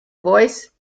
voice